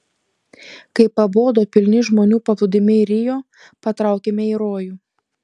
kai pabodo pilni žmonių paplūdimiai rio patraukėme į rojų